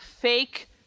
fake